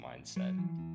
mindset